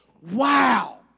Wow